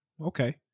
Okay